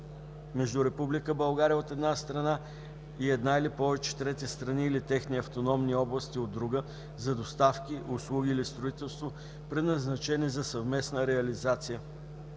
между Република България, от една страна, и една или повече трети страни, или техни автономни области – от друга, за доставки, услуги или строителство, предназначени за съвместна реализация